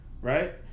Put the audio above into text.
Right